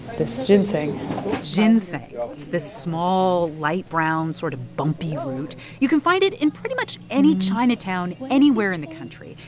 this ginseng ginseng it's this small, light brown, sort of bumpy root. you can find it in pretty much any chinatown anywhere in the country.